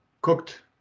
cooked